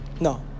No